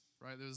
right